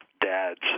dads